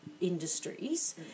industries